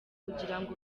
ugirango